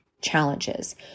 challenges